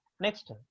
Next